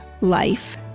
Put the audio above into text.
life